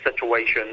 situation